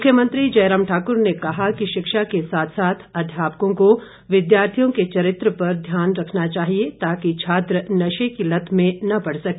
मुख्यमंत्री जयराम ठाक्र ने कहा कि शिक्षा के साथ साथ अध्यापकों को विद्यार्थियों के चरित्र पर ध्यान रखना चाहिए ताकि छात्र नशे की लत में न पड़ सके